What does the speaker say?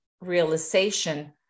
realization